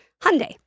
Hyundai